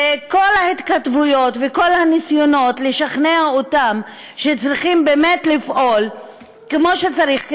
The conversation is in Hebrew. וכל ההתכתבויות וכל הניסיונות לשכנע אותם שצריכים באמת לפעול כמו שצריך,